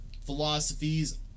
philosophies